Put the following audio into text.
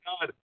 God